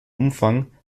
umfang